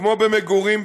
כמו במגורים,